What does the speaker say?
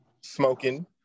smoking